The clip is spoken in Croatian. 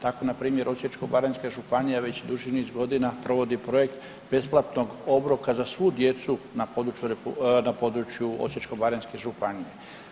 Tako npr. Osječko-baranjska županija već duži niz godina provodi projekt besplatnog obroka za svu djecu na području Osječko-baranjske županije.